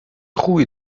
خوبی